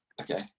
Okay